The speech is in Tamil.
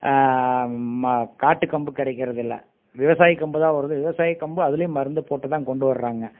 காட்டுக் கம்பு கிடைக்கறதுல்ல விவசாயக் கம்புதான் வருது விவசாயக் கம்பு அதில் மருந்து போட்டுதான் கொண்டு வர்றாங்க